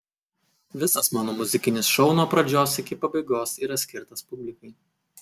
visas mano muzikinis šou nuo pradžios iki pabaigos yra skirtas publikai